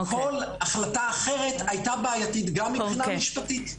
כל החלטה אחרת הייתה בעייתית גם מבחינה משפטית.